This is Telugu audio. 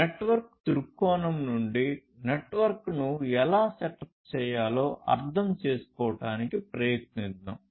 నెట్వర్క్ దృక్కోణం నుండి నెట్వర్క్ను ఎలా సెటప్ చేయాలో అర్థం చేసుకోవడానికి ప్రయత్నిద్దాం